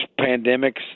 pandemics